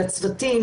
לצוותים,